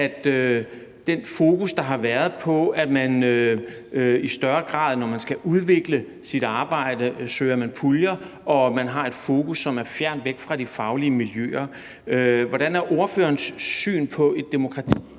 det fokus, der har været, på, at man i større grad, når man skal udvikle sit arbejde, søger puljer, har et fokus, som er fjernt fra de faglige miljøer. Hvordan er ordførerens syn på et demokrati